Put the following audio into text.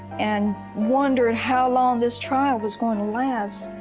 and wondered how long this trial was going to last.